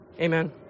Amen